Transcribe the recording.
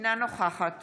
אינה נוכחת